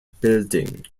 building